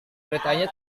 keretanya